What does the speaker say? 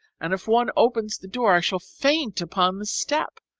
and if one opens the door i shall faint upon the step.